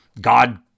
God